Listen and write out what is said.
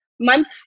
Month